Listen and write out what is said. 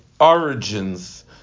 origins